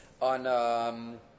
On